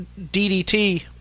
DDT